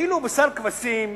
ואילו בשר כבשים,